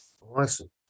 Awesome